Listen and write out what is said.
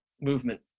movement